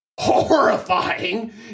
horrifying